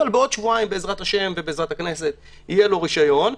אבל בעוד שבועיים בעזרת השם ובעזרת הכנסת יהיה לו רישיון,